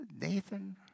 Nathan